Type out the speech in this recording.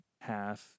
half